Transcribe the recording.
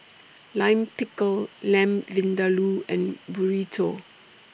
Lime Pickle Lamb Vindaloo and Burrito